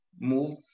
move